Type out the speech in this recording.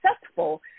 successful